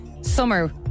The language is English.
Summer